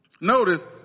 notice